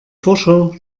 forscher